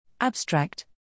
Abstract